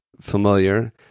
familiar